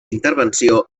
intervenció